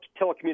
telecommunications